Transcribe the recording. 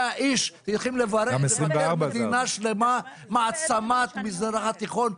100 צריכים לבקר מדינה שלמה, מעצמת מזרח התיכון.